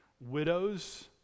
widows